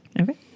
Okay